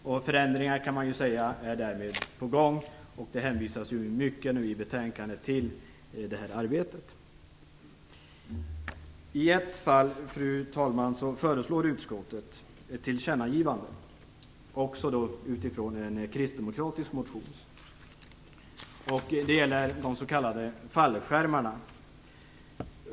Man kan därmed säga att förändringar är på gång, och det hänvisas mycket i betänkandet till detta arbete. Fru talman! I ett fall föreslår utskottet ett tillkännagivande utifrån en kristdemokratisk motion. Det gäller de s.k. fallskärmarna.